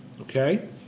okay